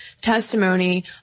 testimony